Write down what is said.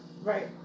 right